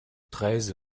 treize